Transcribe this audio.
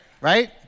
Right